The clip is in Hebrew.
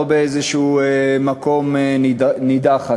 לא באיזה מקום נידח,